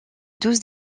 douze